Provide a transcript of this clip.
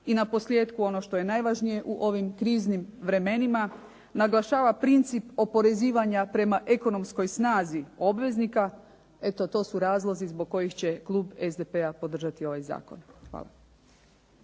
I na posljetku ono što je najvažnije u ovim kriznim vremenima, naglašava princip oporezivanja prema ekonomskoj snazi obveznika. Eto, to su razlozi zbog kojih će klub SDP-a podržati ovaj zakon. Hvala.